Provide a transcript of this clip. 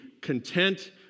content